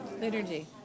Liturgy